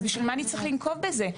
אז בשביל מה אני צריך לנקוב בזה?